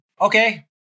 Okay